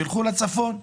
שילכו לצפון.